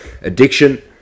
addiction